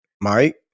Mike